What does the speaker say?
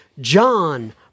john